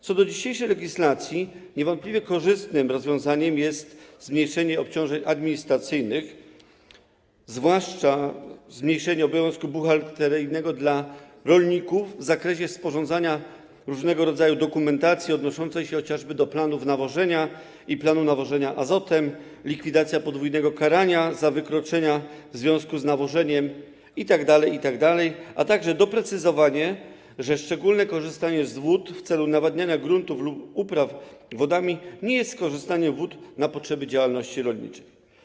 Co do dzisiejszej legislacji niewątpliwie korzystnymi rozwiązaniami są: zmniejszenie obciążeń administracyjnych, zwłaszcza zmniejszenie obowiązku buchalteryjnego dla rolników w zakresie sporządzania różnego rodzaju dokumentacji odnoszącej się chociażby do planów nawożenia, planu nawożenia azotem, likwidacja podwójnego karania za wykroczenia w związku z nawożeniem itd., a także doprecyzowanie, że szczególne korzystanie z wód w celu nawadniania gruntów lub upraw wodami nie jest korzystaniem z wód na potrzeby działalności rolniczej.